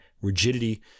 rigidity